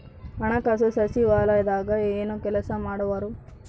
ಹಣಕಾಸು ಸಚಿವಾಲಯದಾಗ ಏನು ಕೆಲಸ ಮಾಡುವರು?